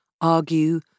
argue